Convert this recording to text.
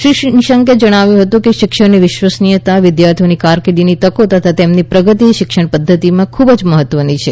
શ્રી નિશંકે જણાવ્યું હતું કે શિક્ષણની વિશ્વસનીયતા વિદ્યાર્થીઓને કારકિર્દીની તકો તથા તેમની પ્રગતિ શિક્ષણ પદ્ધતિમાં ખૂબ જ મહત્વની છે